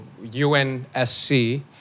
UNSC